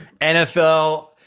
NFL